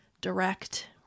direct